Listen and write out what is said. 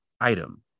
item